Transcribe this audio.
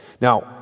Now